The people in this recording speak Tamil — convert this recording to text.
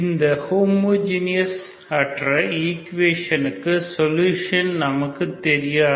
இந்த ஹோமோஜீனியஸ் அற்ற ஈக்குவேஷனுக்கு சொலுஷன் நமக்கு தெரியாது